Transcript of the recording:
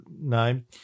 name